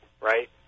right